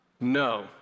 No